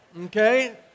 Okay